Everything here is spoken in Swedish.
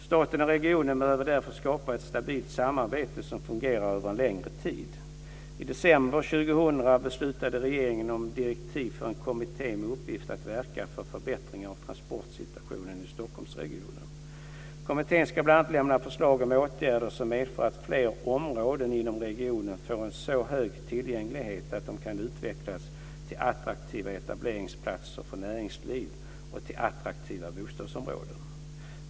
Staten och regionen behöver därför skapa ett stabilt samarbete som fungerar över en längre tid. I december 2000 beslutade regeringen om direktiv för en kommitté med uppgift att verka för förbättring av transportsituationen i Stockholmsregionen. Kommittén ska bl.a. lämna förslag om åtgärder som medför att fler områden inom regionen får en så hög tillgänglighet att de kan utvecklas till attraktiva etableringsplatser för näringslivet och till attraktiva bostadsområden.